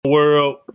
World